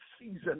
season